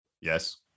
Yes